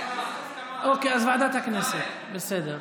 אוקיי, אז ועדת הכנסת, בסדר.